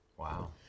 Wow